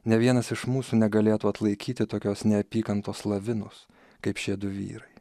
nė vienas iš mūsų negalėtų atlaikyti tokios neapykantos lavinos kaip šiedu vyrai